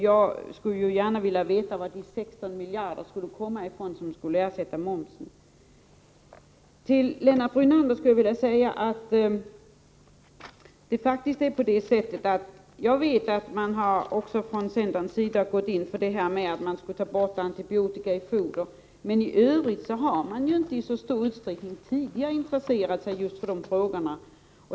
Jag skulle gärna vilja veta varifrån de 16 miljarder skulle komma som skulle ersätta momsen. Till Lennart Brunander vill jag säga att jag vet att centern har gått in för att ta bort antibiotika i foder, men i övrigt har man tidigare inte i så stor utsträckning intresserat sig för de här frågorna.